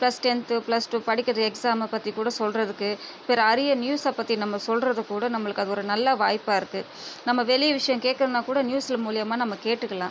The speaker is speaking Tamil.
பிளஸ் டென்த் பிளஸ் டூ படிக்குது எக்ஸாம் பற்றி கூட சொல்றதுக்கு பிற அரிய நியூஸை பற்றி நம்ம சொல்வது கூட நம்மளுக்கு அது ஒரு நல்ல வாய்ப்பாக இருக்குது நம்ம வெளி விஷயம் கேட்கணும்னா கூட நியூஸ் மூலயமா நம்ம கேட்டுக்கலாம்